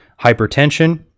hypertension